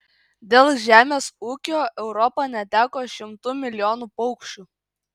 dėl žemės ūkio europa neteko šimtų milijonų paukščių